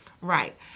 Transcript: Right